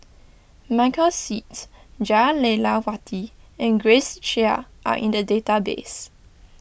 Michael Seet Jah Lelawati and Grace Chia are in the database